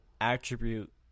attribute